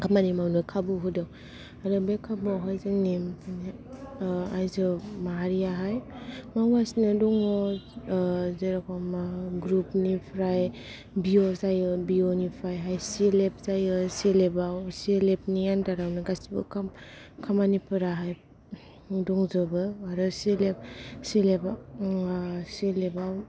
खामानि मावनो खाबु होदों आरो बे खामानि आवहाय जोंनि आइजो माहारियाहाय मावगासिनो दङ जेर'कम ग्रुप निफ्राय भिअ' जायो भिअ' निफ्राय सि लेब जायो सि लेबनि आन्दारावनो गासिबो खामानि फोराहाय दंजोबो आरो